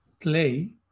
play